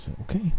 Okay